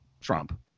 Trump